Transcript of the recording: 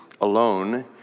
alone